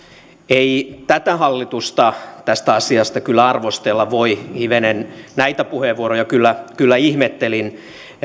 ei tätä hallitusta tästä asiasta kyllä arvostella voi hivenen näitä puheenvuoroja kyllä kyllä ihmettelin